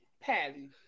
Patty